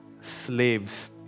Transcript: slaves